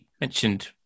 mentioned